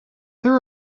there